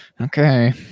Okay